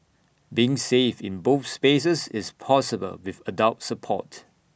being safe in both spaces is possible with adult support